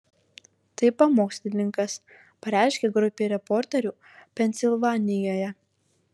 tai pamokslininkas pareiškė grupei reporterių pensilvanijoje